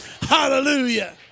Hallelujah